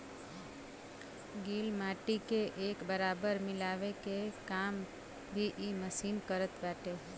गिल माटी के एक बराबर मिलावे के काम भी इ मशीन करत बाटे